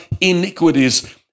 iniquities